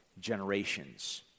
generations